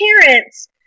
parents